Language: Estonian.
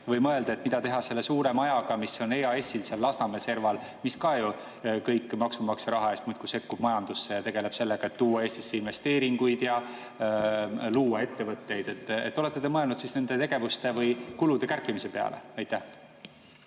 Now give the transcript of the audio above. või mõelda, mida teha selle suure majaga, mis on EAS-il seal Lasnamäe serval, mis ka ju kõik maksumaksja raha eest muudkui sekkub majandusse ja tegeleb sellega, et tuua Eestisse investeeringuid ja luua ettevõtteid? Olete te mõelnud siis nende tegevuste või kulude kärpimise peale? Aitäh,